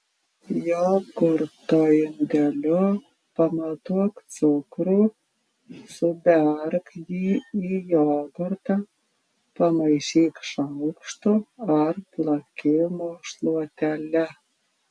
jogurto indeliu pamatuok cukrų suberk jį į jogurtą pamaišyk šaukštu ar plakimo šluotele